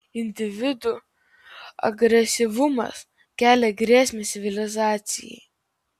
individų agresyvumas kelia grėsmę civilizacijai